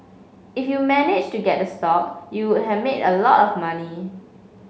if you managed to get the stock you have made a lot of money